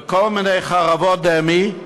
בכל מיני חרבות דמה,